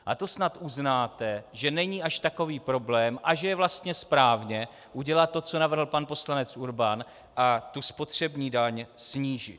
A to snad uznáte, že není až takový problém a že je vlastně správně udělat to, co navrhl pan poslanec Urban, a tu spotřební daň snížit.